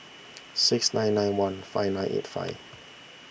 six nine nine one five nine eight five